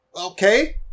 okay